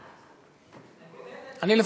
אני,